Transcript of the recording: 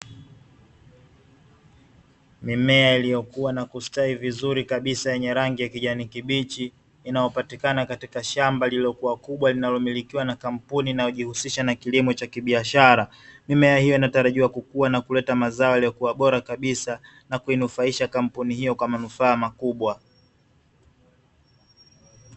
Mimea iliyokuwa na kustawi vizuri kabisa yenye rangi ya kijani kibichi inayopatikana katika shamba lililokuwa kubwa linalomilikiwa na kampuni inayojihusisha na kilimo cha kibiashara. Mimea hiyo inatarajiwa kukua na kuleta mazao yaliyokuwa bora kabisa na kuinufaisha kampuni hiyo kwa manufaa makubwa.